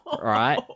right